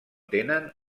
tenen